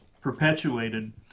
perpetuated